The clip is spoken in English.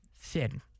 thin